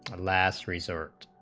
last resort